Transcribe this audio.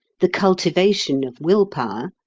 the cultivation of will-power,